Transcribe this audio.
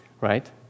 right